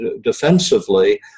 defensively